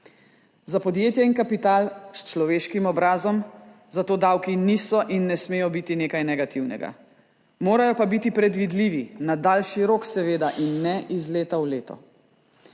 Za podjetje in kapital s človeškim obrazom zato davki niso in ne smejo biti nekaj negativnega, morajo pa biti predvidljivi na daljši rok seveda in ne iz leta v leto.